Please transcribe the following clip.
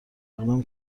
اقدام